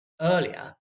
earlier